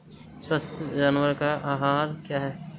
स्वस्थ जानवर का आहार क्या है?